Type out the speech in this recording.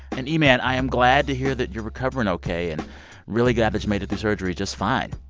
and eman, i am glad to hear that you're recovering ok and really glad that made it through surgery just fine.